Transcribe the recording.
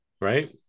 Right